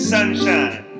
Sunshine